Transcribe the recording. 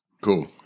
Cool